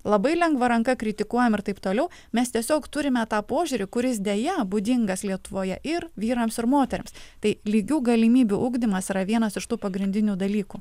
labai lengva ranka kritikuojam ir taip toliau mes tiesiog turime tą požiūrį kuris deja būdingas lietuvoje ir vyrams ir moterims tai lygių galimybių ugdymas yra vienas iš tų pagrindinių dalykų